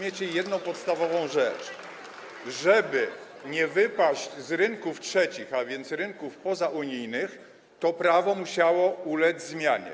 jedną podstawową rzecz - żebyśmy nie wypadli z rynków trzecich, a więc rynków pozaunijnych, prawo musiało ulec zmianie.